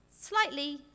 slightly